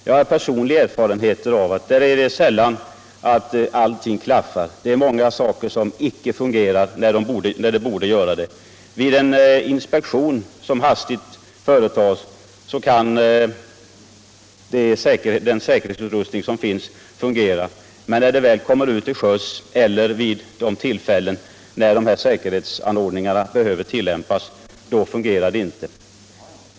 Jag har personlig erfarenhet av att det är sällan som allting klaffar på dessa fartyg. Vid en hastig inspektion kan säkerhetsutrustningen fungera, men när den behövs gör den det inte.